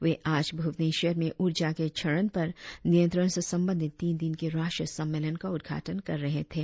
वे आज भुवनेश्वर में ऊर्जा के क्षरण पर नियंत्रण से संबंधित तीन दिन के राष्ट्रीय सम्मेलन का उद्घाटन कर रहे थे